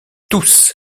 tous